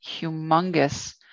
humongous